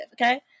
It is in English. okay